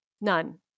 none